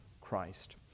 Christ